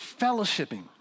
fellowshipping